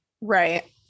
Right